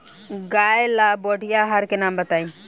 गाय ला बढ़िया आहार के नाम बताई?